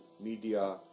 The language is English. media